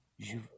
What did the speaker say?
Je